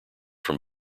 from